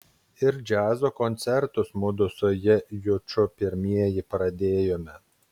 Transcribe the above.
ir džiazo koncertus mudu su j juču pirmieji pradėjome